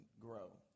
grow